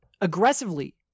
aggressively